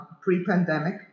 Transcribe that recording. pre-pandemic